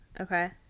Okay